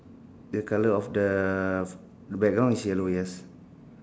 the colour of the background is yellow yes